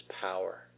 power